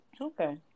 Okay